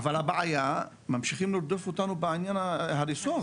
אבל הבעיה היא שממשיכים לרדוף אותנו בעניין ההריסות,